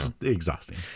Exhausting